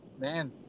man